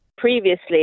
Previously